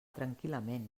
tranquil·lament